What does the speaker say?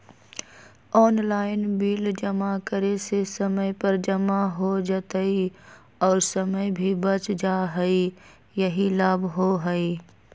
Online bill जमा करे से समय पर जमा हो जतई और समय भी बच जाहई यही लाभ होहई?